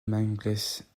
mangles